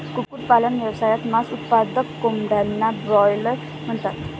कुक्कुटपालन व्यवसायात, मांस उत्पादक कोंबड्यांना ब्रॉयलर म्हणतात